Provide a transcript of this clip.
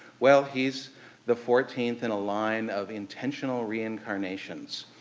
well, he's the fourteenth in a line of intentional reincarnations,